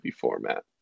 format